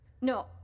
No